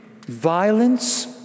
violence